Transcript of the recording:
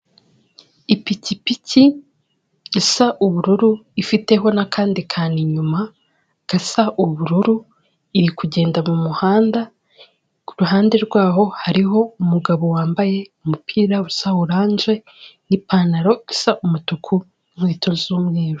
Ipikipiki isa ubururu ifiteho n'akandi kantu inyuma gasa ubururu, iri kugenda mu muhanda ku ruhande rwaho hariho umugabo wambaye umupira usa oranje n'ipantaro isa umutuku inkweto z'umweru.